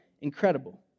incredible